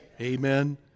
Amen